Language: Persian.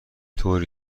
طوری